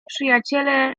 przyjaciele